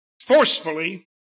forcefully